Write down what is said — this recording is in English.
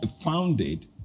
founded